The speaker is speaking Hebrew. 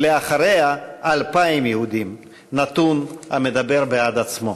ואחריה 2,000 יהודים, נתון המדבר בעד עצמו.